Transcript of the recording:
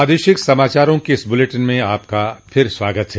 प्रादेशिक समाचारों के इस बुलेटिन में आपका फिर से स्वागत है